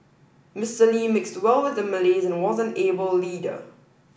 Mister Lee mixed well with the Malays and was an able leader